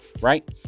Right